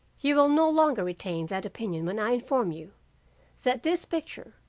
you will no longer retain that opinion when i inform you that this picture,